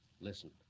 Listen